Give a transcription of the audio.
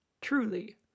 truly